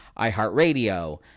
iHeartRadio